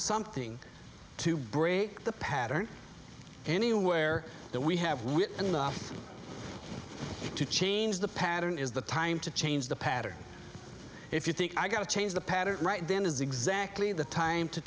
something to break the pattern anywhere that we have to change the pattern is the time to change the pattern if you think i've got to change the pattern right then is exactly the time to